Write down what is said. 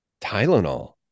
Tylenol